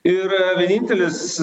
ir vienintelis